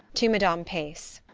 to madame pace.